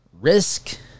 risk